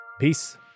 Peace